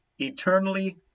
eternally